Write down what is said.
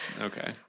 Okay